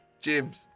James